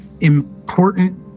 important